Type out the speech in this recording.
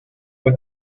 fue